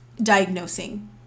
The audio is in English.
diagnosing